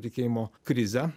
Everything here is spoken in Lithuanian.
tikėjimo krizę